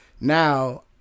now